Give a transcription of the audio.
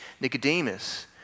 Nicodemus